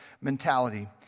mentality